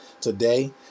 today